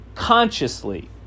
Consciously